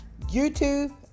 YouTube